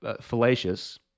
fallacious